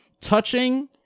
Touching